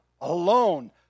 alone